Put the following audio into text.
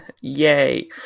Yay